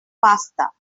pasta